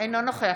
אינו נוכח